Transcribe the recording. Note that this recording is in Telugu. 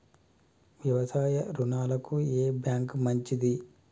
వ్యవసాయ రుణాలకు ఏ బ్యాంక్ మంచిది?